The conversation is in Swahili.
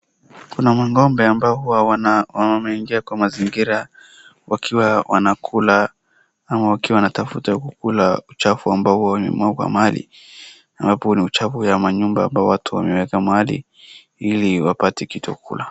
kuna ng'ombe ambao wameingia kwa mazingira wakiwa wanakula ama wakiwa wanatafuta kula uchafu ambao ulikuwa umemwagwa mahali ambapo kuna uchafu wa manyumba ambao watu wameeka mahali ili wapate kitu ya kula